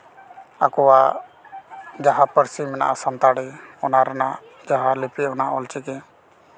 ᱟᱠᱚᱣᱟ ᱡᱟᱦᱟᱸ ᱯᱟᱹᱨᱥᱤ ᱢᱮᱱᱟᱜᱼᱟ ᱥᱟᱱᱛᱟᱲᱤ ᱚᱱᱟ ᱨᱮᱱᱟᱜ ᱡᱟᱦᱟᱸ ᱞᱤᱯᱤ ᱚᱱᱟ ᱚᱞ ᱪᱤᱠᱤ